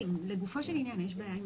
לגופו של עניין, יש בעיה עם